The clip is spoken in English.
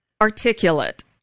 articulate